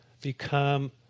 become